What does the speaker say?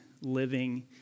living